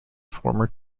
former